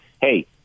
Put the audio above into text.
hey